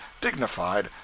dignified